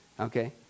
Okay